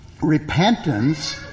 repentance